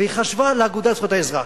היא חשבה על האגודה לזכויות האזרח.